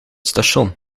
station